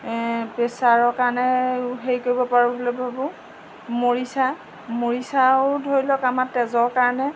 প্ৰেছাৰৰ কাৰণেও হেৰি কৰিব পাৰোঁ বুলি ভাবোঁ মৰিচা মৰিচাও ধৰি লওক আমাৰ তেজৰ কাৰণে